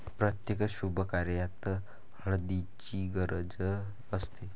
प्रत्येक शुभकार्यात हळदीची गरज असते